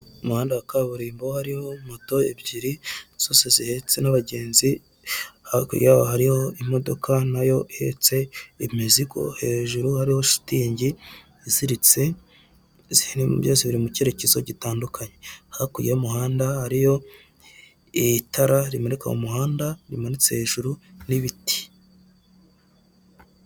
Ubu ni uburyo bwiza buri mu Rwanda kandi bumazemo igihe, buzwi nka manigaramu cyangwa wesiterini yuniyoni ubu buryo rero bumaze igihe bufasha abantu kohereza amafaranga mu mahanga cyangwa kubikuza amafaranga bohererejwe n'umuntu uri mu mahanga mu buryo bwiza kandi bwihuse, kandi bufite umutekano k'uko bimenyerewe hano mu urwanda.